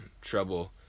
trouble